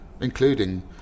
including